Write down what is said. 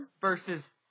versus